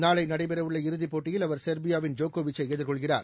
நாளை நடைபெற உள்ள இறுதிப்போட்டியில் அவர் சொ்பியாவின் ஜோக்கோவிச்சை எதிர்கொள்கிறார்